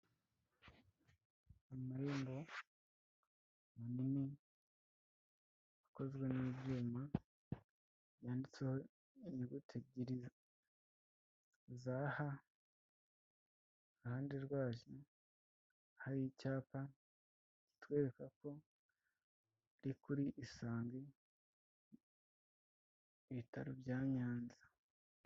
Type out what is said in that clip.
Amarembo manini akozwe n'ibyuma yanditseho inguti ebyiri za H iruhande rwazo hari icyapa kitwereka ko ari kuri Isange, ibitaro bya Nyanza.